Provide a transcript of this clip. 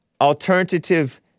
alternative